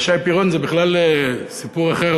אבל שי פירון זה בכלל סיפור אחר,